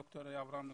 דוקטור אברהם נגוסה,